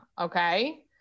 okay